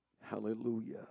Hallelujah